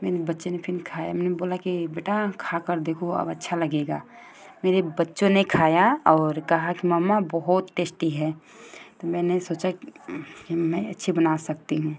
मैंने बच्चे ने फिर खाया मैंने बोला कि बेटा खाकर देखो अब अच्छा लगेगा मेरे बच्चों ने खाया और कहा कि मम्मा बहुत टेस्टी है तो मैंने सोचा कि मैं अच्छा बना सकती हूँ